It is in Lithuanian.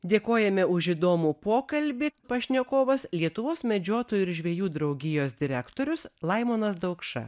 dėkojame už įdomų pokalbį pašnekovas lietuvos medžiotojų ir žvejų draugijos direktorius laimonas daukša